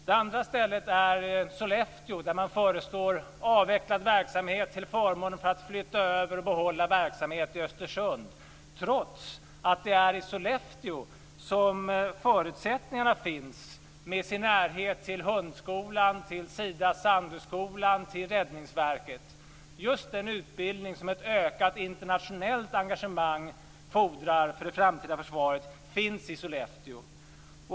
Det andra stället är Sollefteå, där man föreslår avvecklad verksamhet till förmån för att verksamhet flyttas över och behålls i Östersund, trots att det är i Sollefteå som förutsättningarna finns med närheten till hundskolan, till Sidas Sandöskolan och till Räddningsverket. Just den utbildning som ett ökat internationellt engagemang fordrar för det framtida försvaret finns i Sollefteå.